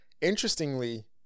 Interestingly